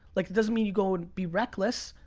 like doesn't mean you go and be reckless.